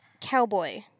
Cowboy